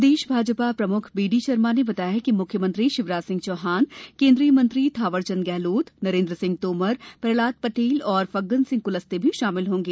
प्रदेश भाजपा प्रमुख बीडी शर्मा ने बताया कि मुख्यमंत्री शिवराज सिंह चौहान केंद्रीय मंत्री थावरचंद गहलोत नरेंद्र सिंह तोमर प्रहलाद पटेल और फग्गन सिंह कुलस्ते भी शामिल होंगे